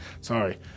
Sorry